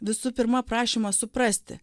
visų pirma prašymą suprasti